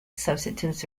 substitutes